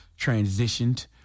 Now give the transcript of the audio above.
transitioned